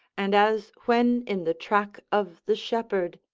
and as when in the track of the shepherd,